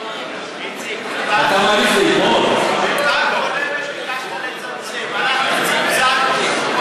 איציק, גם פעם קודמת ביקשת לצמצם, צמצמתי.